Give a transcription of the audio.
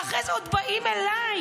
ואחרי זה עוד באים אליי,